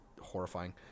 horrifying